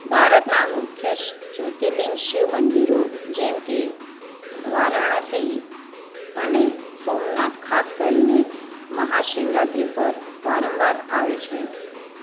ભારતનાં મુખ્ય જ્યોતિર્લિંગ શિવ મંદિરો જેમ કે વારાણસી અને સોમનાથ ખાસ કરી ને મહાશિવરાત્રી પર વારંવાર આવે છે